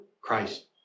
Christ